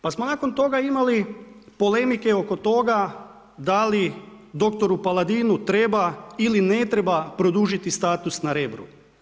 Pa smo nakon toga imali polemike oko toga da li dr. Paladinu treba ili ne treba produžiti status na Rebru.